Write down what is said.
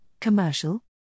commercial